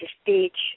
speech